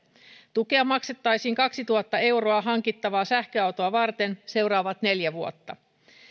tukea maksettaisiin kaksituhatta euroa hankittavaa sähköautoa varten seuraavat neljä vuotta